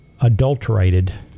adulterated